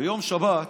ביום שבת,